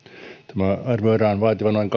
tämän arvioidaan vaativan noin